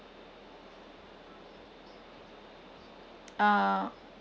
uh